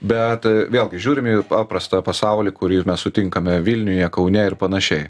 bet vėlgi žiūrime į paprastą pasaulį kurį mes sutinkame vilniuje kaune ir panašiai